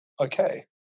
okay